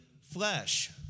flesh